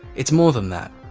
it's more than that.